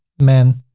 men,